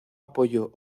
apoyó